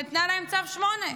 היא נתנה להם צו 8,